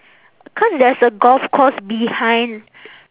cause there's a golf course behind